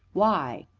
why?